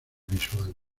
visuales